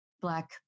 Black